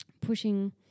pushing